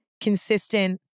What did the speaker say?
consistent